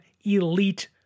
elite